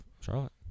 Charlotte